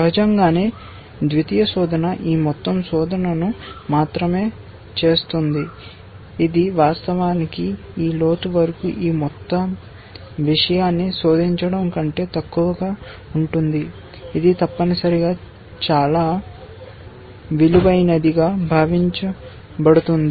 సహజంగానే ద్వితీయ శోధన ఈ మొత్తం శోధనను మాత్రమే చేస్తుంది ఇది వాస్తవానికి ఈ లోతు వరకు ఈ మొత్తం విషయాన్ని శోధించడం కంటే తక్కువగా ఉంటుంది ఇది తప్పనిసరిగా చాలా విలువైనది గా భావించబడుతుంది